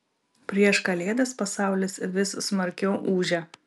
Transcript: prieš kalėdas pasaulis vis smarkiau ūžia